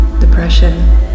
depression